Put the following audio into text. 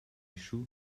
shoe